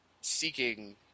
seeking